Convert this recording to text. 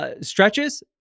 stretches—